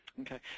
Okay